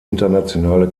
internationale